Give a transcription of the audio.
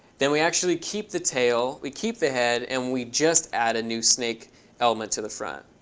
then we actually keep the tail, we keep the head, and we just add a new snake element to the front.